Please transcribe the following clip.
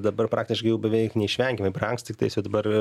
dabar praktiškai jau beveik neišvengiamai brangs tiktais jau dabar